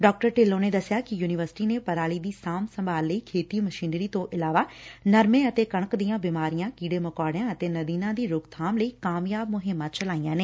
ਡਾ ਢਿੱਲੋ' ਨੇ ਦਸਿਆ ਕੈ ਯੁਨੀਵਰਸਿਟੀ ਨੇ ਪਰਾਲੀ ਦੀ ਸਾਂਭ ਸੰਭਾਲ ਲਈ ਖੇਤੀ ਮਸ਼ੀਨਰੀ ਤੋ' ਇਲਾਵਾ ਨਰਮੇ ਅਤੇ ਕਣਕ ਦੀਆਂ ਬਿਮਾਰੀਆਂ ਕੀੜੇ ਮਕੌੜਿਆ ਅਤੇ ਨਦੀਨਾਂ ਦੀ ਰੋਕਬਾਮ ਲਈ ਕਾਮਯਾਬ ਮੁਹਿੰਮਾਂ ਚਲਾਈਆਂ ਨੇ